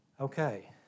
Okay